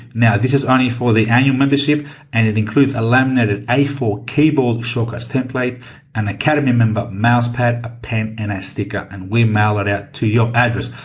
now, this is only for the annual membership and it includes a laminated a four keyboard, shortcuts template and academy member mouse pad, a pen and a sticker and we mail it out to your address.